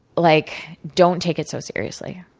like don't take it so seriously.